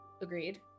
Agreed